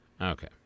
Okay